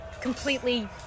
completely